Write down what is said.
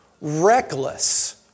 reckless